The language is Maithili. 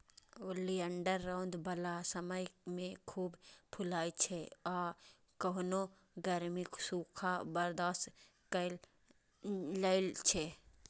ओलियंडर रौद बला समय मे खूब फुलाइ छै आ केहनो गर्मी, सूखा बर्दाश्त कए लै छै